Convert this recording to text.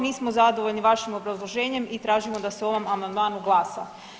Nismo zadovoljni vašim obrazloženjem i tražimo da se o ovom amandmanu glasa.